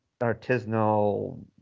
artisanal